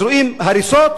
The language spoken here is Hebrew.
אז רואים הריסות,